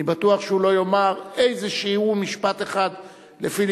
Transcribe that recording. אני בטוח שהוא לא יאמר איזה משפט אחד לפיליבסטר,